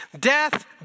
Death